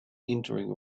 entering